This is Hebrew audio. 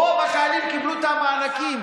רוב החיילים קיבלו את המענקים.